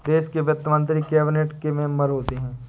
देश के वित्त मंत्री कैबिनेट के मेंबर होते हैं